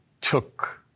took